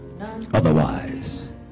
otherwise